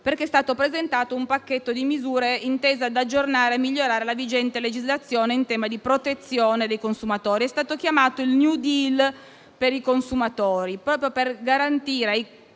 perché è stato presentato un pacchetto di misure intese ad aggiornare e migliorare la vigente legislazione in tema di protezione dei consumatori, che è stato chiamato il "*New Deal*" dei consumatori, proprio per garantire ai consumatori